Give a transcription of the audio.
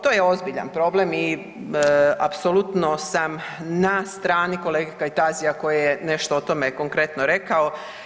To je ozbiljan problem i apsolutno sam na strani kolege Kajtazija koji je nešto o tome konkretno rekao.